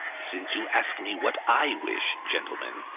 since you ask me what i wish, gentlemen,